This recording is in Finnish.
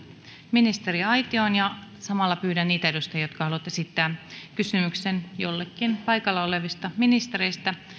ministeriaitioon ja samalla pyydän niitä edustajia jotka haluavat esittää kysymyksen jollekin paikalla olevista ministereistä